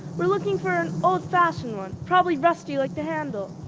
we're looking for an old fashioned one. probably rusty like the handle.